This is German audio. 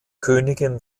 königin